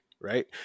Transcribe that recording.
right